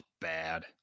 bad